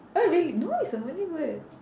oh really no it's a malay word